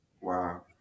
Wow